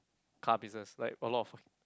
car business like a lot of